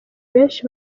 benshi